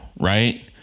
right